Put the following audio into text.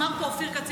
אמר פה אופיר כץ,